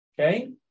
Okay